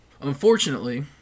Unfortunately